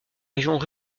régions